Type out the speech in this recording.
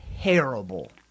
terrible